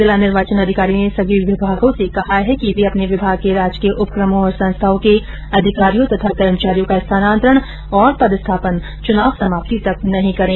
जिला निर्वाचन अधिकारी ने सभी विभार्गो से कहा है कि वे अपने विभाग के राजकीय उपक्रमों और संस्थाओं के अधिकारियों कर्मचारियों का स्थानान्तरण और पदस्थापन चुनाव समाप्ति तक नहीं करें